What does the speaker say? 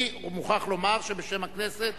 אני מוכרח לומר שבשם הכנסת,